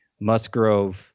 Musgrove